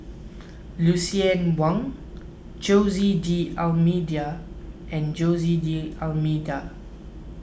Lucien Wang Jose D'Almeida and Jose D'Almeida